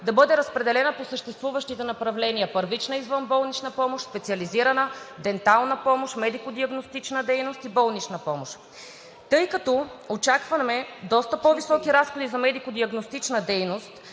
да бъде разпределена по съществуващите направления – първична извънболнична помощ, специализирана, дентална, медико-диагностична дейност и болнична помощ. Тъй като очакваме доста по-високи разходи за медико-диагностична дейност